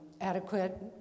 adequate